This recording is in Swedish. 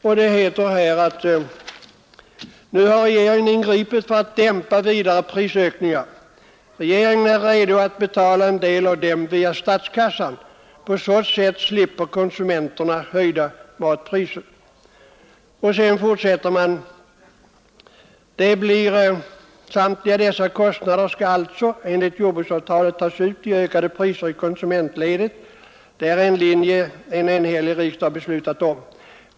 Tidningen skriver: ”Nu har regeringen ingripit för att dämpa vidare matprisökningar! ”— ”Regeringen är redo att betala en del av dem via statskassan. På så sätt slipper konsumenterna höjda matpriser! ” Längre fram i artikeln fortsätter man: ”Samtliga dessa kostnader ska alltså enligt jordbruksavtalet tas ut via ökade priser i konsumentledet. Det är den linje en enhällig riksdag beslutat om.